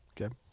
Okay